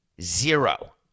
zero